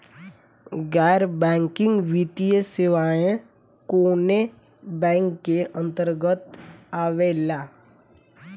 गैर बैंकिंग वित्तीय सेवाएं कोने बैंक के अन्तरगत आवेअला?